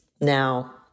Now